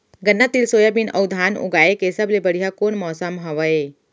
गन्ना, तिल, सोयाबीन अऊ धान उगाए के सबले बढ़िया कोन मौसम हवये?